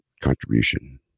contribution